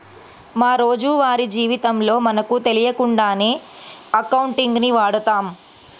మా రోజువారీ జీవితంలో మనకు తెలియకుండానే అకౌంటింగ్ ని వాడతాం